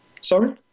sorry